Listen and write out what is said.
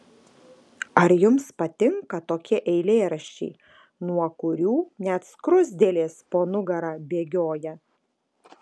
ar jums patinka tokie eilėraščiai nuo kurių net skruzdėlės po nugarą bėgioja